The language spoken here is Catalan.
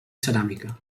ceràmica